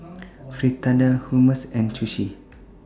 Fritada Hummus and Sushi